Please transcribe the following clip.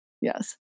Yes